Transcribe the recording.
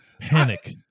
Panic